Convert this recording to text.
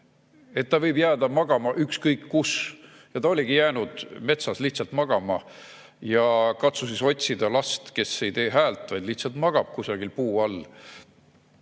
ta võib jääda magama ükskõik kus. Ja ta oligi jäänud metsas lihtsalt magama. Katsu siis otsida last, kes ei tee häält, vaid lihtsalt magab kusagil puu all.